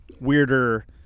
weirder